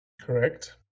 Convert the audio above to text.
Correct